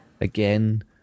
again